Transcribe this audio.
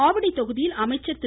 ஆவடி தொகுதியில் அமைச்சர் திரு